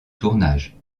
tournage